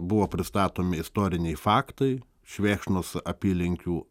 buvo pristatomi istoriniai faktai švėkšnos apylinkių